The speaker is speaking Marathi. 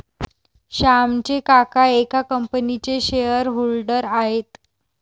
श्यामचे काका एका कंपनीचे शेअर होल्डर आहेत